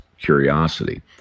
curiosity